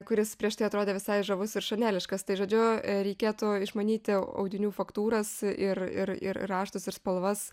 kuris prieš tai atrodė visai žavus ir šaneliškas tai žodžiu reikėtų išmanyti audinių faktūras ir ir ir raštus ir spalvas